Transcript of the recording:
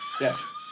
yes